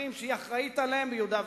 בשטחים שהיא אחראית עליהם ביהודה ושומרון.